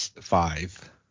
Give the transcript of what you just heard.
five